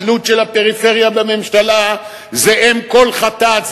התלות של הפריפריה בממשלה זו אם כל חטאת,